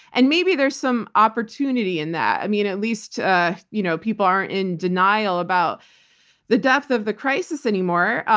and maybe there's some opportunity in that. i mean, at least ah you know people aren't in denial about the depth of the crisis anymore.